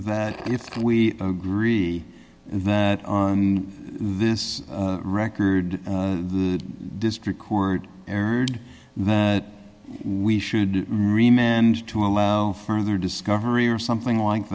that if we agree that on this record the district court erred that we should remain and to allow further discovery or something like